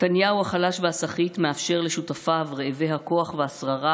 נתניהו החלש והסחיט מאפשר לשותפיו רעבי הכוח והשררה